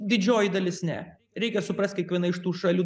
didžioji dalis ne reikia suprast kiekviena iš tų šalių